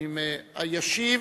ישיב